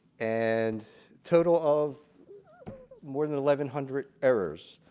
and total of more than eleven hundred errors.